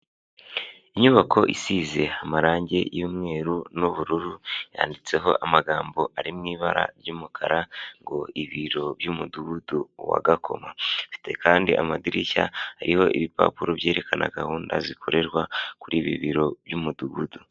Inyubako isize amarangi y'umweru n'ubururu, yanditseho amagambo ari mu ibara ry'umukara, ngo Ibiro by'Umudugudu wa Gakoma, bifite kandi amadirishya ariho ibipapuro byerekana gahunda zikorerwa kuri ibi biro by'umudugudu.